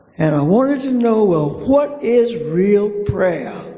and i wanted to know, well, what is real prayer?